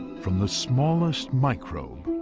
from the smallest microbe